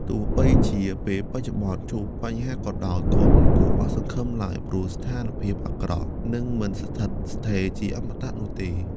ទោះបីជាពេលបច្ចុប្បន្នជួបបញ្ហាក៏ដោយ ក៏មិនគួរអស់សង្ឃឹមឡើយ ព្រោះស្ថានភាពអាក្រក់នឹងមិនស្ថិតស្ថេរជាអមតៈនោះទេ។